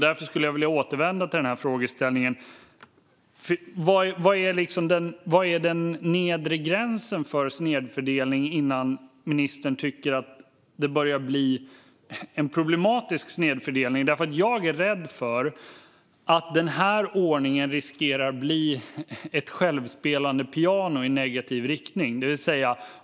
Därför skulle jag vilja återvända till frågeställningen: Vad är den nedre gränsen för snedfördelning innan ministern tycker att det börjar bli problematiskt? Jag är rädd för att den här ordningen riskerar att bli ett självspelande piano på ett negativt sätt.